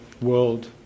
world